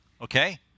Okay